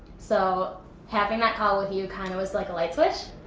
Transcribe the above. so having that call with you kind of was like a light switch.